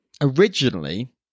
Originally